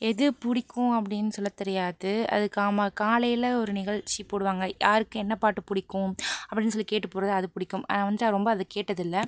எது பிடிக்கும் அப்படினு சொல்லத் தெரியாது அது காம காலையில் ஒரு நிகழ்ச்சி போடுவாங்க யாருக்கு என்ன பாட்டு பிடிக்கும் அப்படினு சொல்லி கேட்டு போடுகிறது அது பிடிக்கும் வந்துட்டு ரொம்ப அதை கேட்டதில்ல